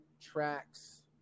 tracks